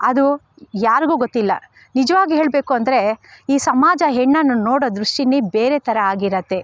ಅದು ಯಾರಿಗೂ ಗೊತ್ತಿಲ್ಲ ನಿಜವಾಗಿ ಹೇಳಬೇಕು ಅಂದರೆ ಈ ಸಮಾಜ ಹೆಣ್ಣನ್ನು ನೋಡೋ ದೃಷ್ಟಿಯೇ ಬೇರೆ ಥರ ಆಗಿರುತ್ತೆ